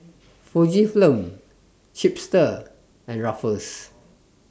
Fujifilm Chipster and Ruffles